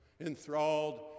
enthralled